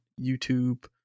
YouTube